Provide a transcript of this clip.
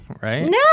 right